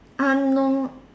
err no